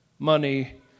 money